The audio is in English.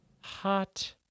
Hot